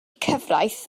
cyfraith